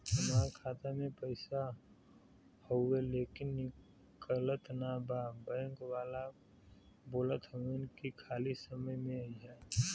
हमार खाता में पैसा हवुवे लेकिन निकलत ना बा बैंक वाला बोलत हऊवे की खाली समय में अईहा